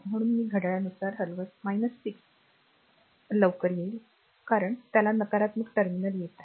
म्हणून मी घड्याळानुसार हलवताच 6 जलद येईल कारण त्याला नकारात्मक टर्मिनल येत आहे